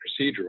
procedural